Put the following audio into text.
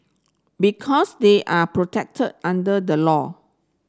because they are protected under the law